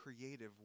creative